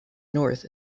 north